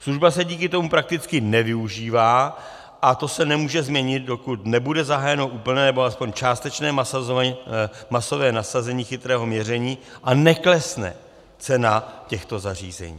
Služba se díky tomu prakticky nevyužívá a to se nemůže změnit, dokud nebude zahájeno úplné nebo alespoň částečné masové nasazení chytrého měření a neklesne cena těchto zařízení.